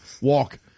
walk